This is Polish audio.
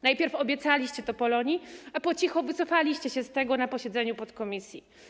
Najpierw obiecaliście to Polonii, a po cichu wycofaliście się z tego na posiedzeniu podkomisji.